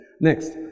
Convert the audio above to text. Next